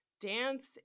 dance